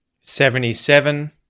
Seventy-seven